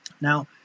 Now